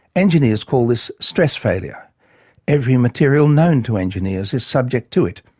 engineers call this stress failure every material known to engineers is subject to it.